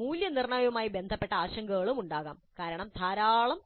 മൂല്യനിർണ്ണയവുമായി ബന്ധപ്പെട്ട ആശങ്കകളും ഉണ്ടാകാം കാരണം ധാരാളം